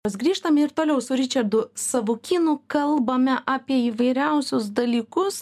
mes grįžtam ir toliau su ričardu savukynu kalbame apie įvairiausius dalykus